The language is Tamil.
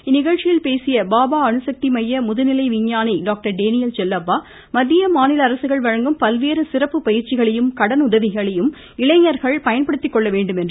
இந்நிகழ்ச்சியில் பேசிய பாபா அணுசக்தி மைய முதநிலை விஞ்ஞானி டாக்டர் டேனியல் செல்லப்பா மத்திய மாநில அரசுகள் வழங்கும் பல்வேறு சிறப்பு பயிற்சிகளையும் கடனுதவிகளையும் இளைஞர்கள் பயன்படுத்திக் கொள்ள வேண்டுமென்று அறிவுறுத்தினார்